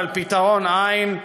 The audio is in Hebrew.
אבל פתרון אין,